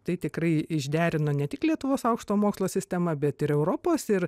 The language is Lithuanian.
tai tikrai išderino ne tik lietuvos aukštojo mokslo sistemą bet ir europos ir